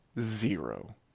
zero